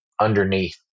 underneath